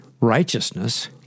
righteousness